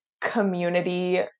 community